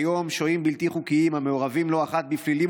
כיום שוהים בלתי חוקיים המעורבים לא אחת בפלילים